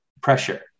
pressure